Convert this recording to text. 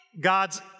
God's